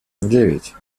девять